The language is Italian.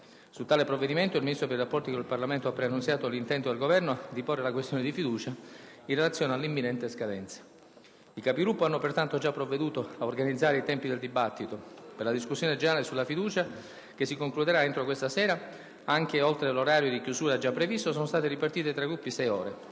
Su tale provvedimento il Ministro per i rapporti con il Parlamento ha preannunciato l'intento del Governo di porre la questione di fiducia, in relazione all'imminente scadenza. I Capigruppo hanno pertanto già provveduto a organizzare i tempi del dibattito. Per la discussione generale sulla fiducia, che si concluderà entro questa sera, anche oltre l'orario di chiusura già previsto, sono state ripartite tra i Gruppi sei ore.